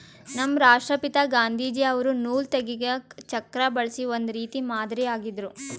ನಮ್ ರಾಷ್ಟ್ರಪಿತಾ ಗಾಂಧೀಜಿ ಅವ್ರು ನೂಲ್ ತೆಗೆದಕ್ ಚಕ್ರಾ ಬಳಸಿ ಒಂದ್ ರೀತಿ ಮಾದರಿ ಆಗಿದ್ರು